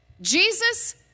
Jesus